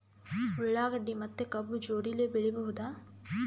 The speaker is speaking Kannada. ಉಳ್ಳಾಗಡ್ಡಿ ಮತ್ತೆ ಕಬ್ಬು ಜೋಡಿಲೆ ಬೆಳಿ ಬಹುದಾ?